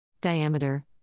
Diameter